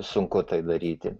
sunku tai daryti